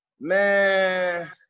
Man